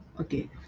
okay